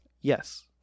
Yes